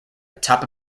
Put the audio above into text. atop